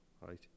Right